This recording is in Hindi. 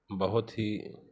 बहुत ही